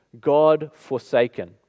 God-forsaken